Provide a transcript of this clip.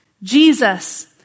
Jesus